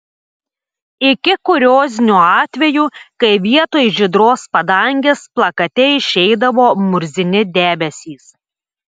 iki kuriozinių atvejų kai vietoj žydros padangės plakate išeidavo murzini debesys